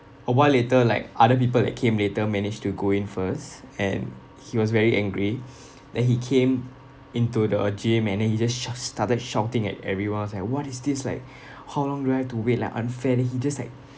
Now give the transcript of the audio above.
a while later like other people that came later managed to go in first and he was very angry then he came into the gym and then he just shou~ started shouting at everyones like what is this like how long do I have to wait like unfair then he just like